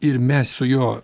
ir mes su juo